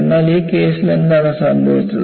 എന്നാൽ ഈ കേസിൽ എന്താണ് സംഭവിച്ചത്